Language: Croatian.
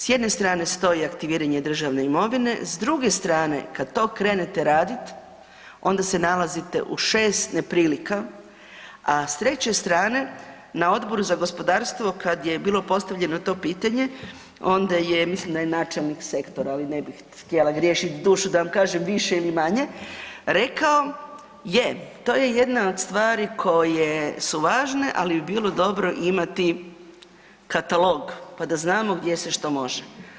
S jedne strane stoji aktiviranje državne imovine s druge strane kad to krenete radit onda se nalazite u 6 neprilika, a s treće strane na Odboru za gospodarstvo kad je bilo postavljeno to pitanje onda je mislim da je načelnik sektora, ali ne bih htjela griješiti dušu da vam kažem više ili manje rekao, je to je jedna od stvari koje su važne ali bi bilo dobro imati katalog pa da znamo gdje se što može.